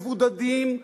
מבודדים,